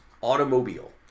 automobile